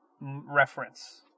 reference